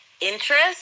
interest